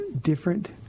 different